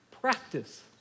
Practice